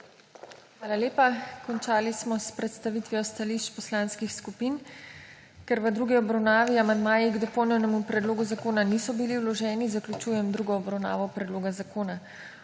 Hvala lepa. Končali smo predstavitev stališč poslanskih skupin. Ker v drugi obravnavi amandmaji k dopolnjenemu predlogu zakona niso bili vloženi, zaključujem drugo obravnavo predloga zakona.